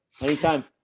Anytime